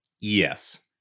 Yes